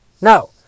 No